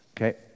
Okay